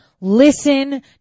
Listen